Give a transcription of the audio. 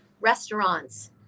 Restaurants